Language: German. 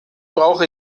brauche